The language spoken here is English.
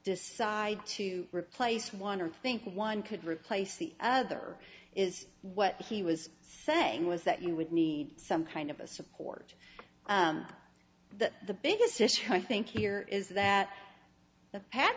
decide to replace one and think one could replace the other is what he was saying was that you would need some kind of a support but the biggest issue i think here is that the had